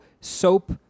soap